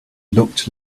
looked